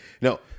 no